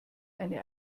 eine